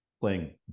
playing